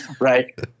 right